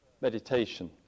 meditation